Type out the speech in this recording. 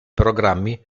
programmi